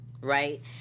Right